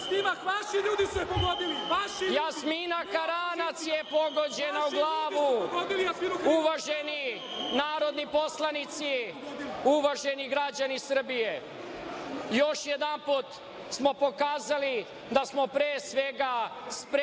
Jasmina Karanac je pogođena u glavu, uvaženi narodni poslanici, uvaženi građani Srbije. Još jedanput smo pokazali da smo, pre svega, spremni